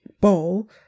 bowl